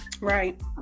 Right